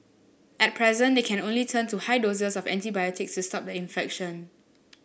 at present they can turn only to high doses of antibiotics to stop the infection